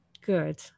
good